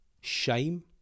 shame